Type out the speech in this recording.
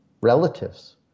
relatives